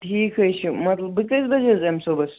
ٹھیٖک حظ چھُ مط بہٕ کٔژ بجہِ حظ یِمہِ صُبَحس